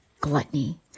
gluttony